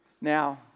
Now